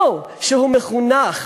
לא שהוא מחונך